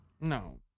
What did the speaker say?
No